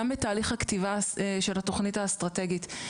גם בתהליך הכתיבה של התוכנית האסטרטגית.